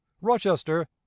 Rochester